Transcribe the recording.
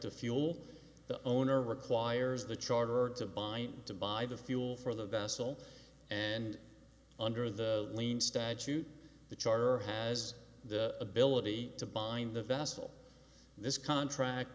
to fuel the owner requires the charter to buy to buy the fuel for the vessel and under the lien statute the charter has the ability to bind the vessel this contract